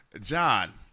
John